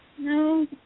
No